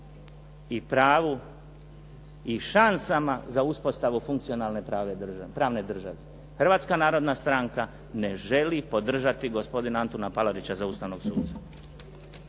i pravu i šansama za uspostavu funkcionalne pravne države. Hrvatska narodna stranka ne želi podržati gospodina Antuna Palarića za ustavnog suca.